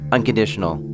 Unconditional